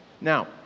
Now